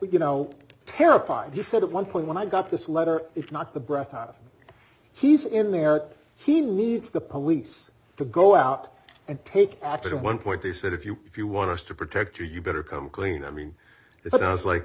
you know terrified he said at one point when i got this letter it's not the breath of he's in there he needs the police to go out and take after one point they said if you if you want to protect her you better come clean i mean it sounds like